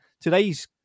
Today's